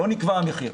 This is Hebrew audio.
לא נקבע המחיר.